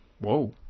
Whoa